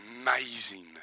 amazing